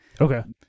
Okay